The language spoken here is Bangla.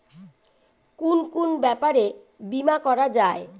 কুন কুন ব্যাপারে বীমা করা যায়?